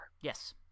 Yes